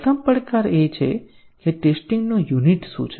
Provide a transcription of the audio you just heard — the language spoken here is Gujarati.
પ્રથમ પડકાર એ છે કે ટેસ્ટીંગ નું યુનિટ શું છે